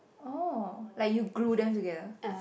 oh like you glue them down together